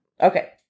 Okay